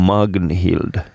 Magnhild